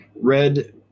red